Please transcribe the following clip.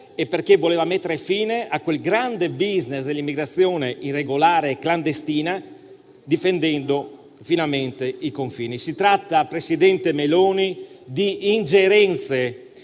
e perché voleva mettere fine a quel grande *business* dell'immigrazione irregolare clandestina difendendo finalmente i confini. Si tratta, presidente Meloni, di ingerenze